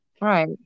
Right